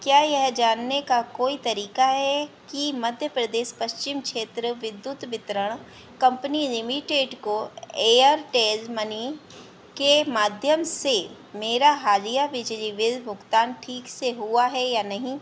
क्या यह जानने का कोई तरीका है कि मध्य प्रदेश पश्चिम क्षेत्र विद्युत वितरण कम्पनी लिमिटेड को एयरटेल मनी के माध्यम से मेरा हालिया बिजली बिल भुगतान ठीक से हुआ है या नहीं